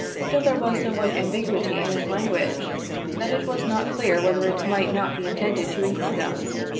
still there was so much ambiguity in its language that it was not clear whether it might not be intended to include us.